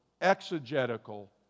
exegetical